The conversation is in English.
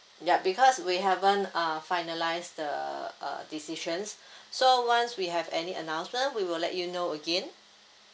yup because we haven't uh finalise the uh decisions so once we have any announcement we will let you know again